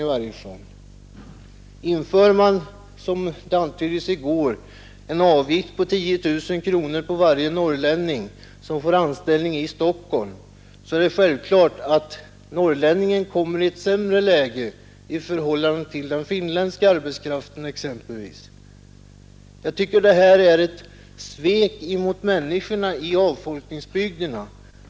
Om man =— det var ett förslag som antyddes i går — inför en avgift på 10 000 kronor på varje norrlänning som får anställning i Stockholm, kommer den norrländska arbetskraften givetvis i ett sämre läge än exempelvis den finländska. Detta är ett svek mot människorna i avfolkningsbygderna.